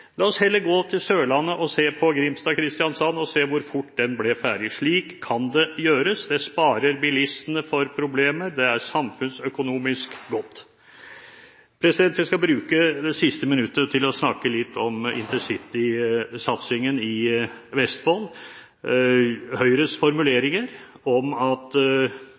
La oss heller gå til Sørlandet og se på E18 Grimstad–Kristiansand og hvor fort den ble ferdig. Slik kan det gjøres. Det sparer bilistene for problemer, og det er samfunnsøkonomisk godt. Jeg skal bruke det siste minuttet til å snakke litt om intercitysatsingen i Vestfold. Høyres formuleringer om at